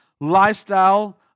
lifestyle